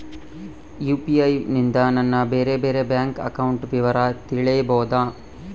UPI ನಿಂದ ನನ್ನ ಬೇರೆ ಬೇರೆ ಬ್ಯಾಂಕ್ ಅಕೌಂಟ್ ವಿವರ ತಿಳೇಬೋದ?